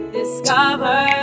discover